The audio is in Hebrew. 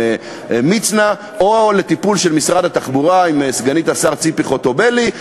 מצנע או לטיפול של משרד התחבורה עם סגנית השר ציפי חוטובלי,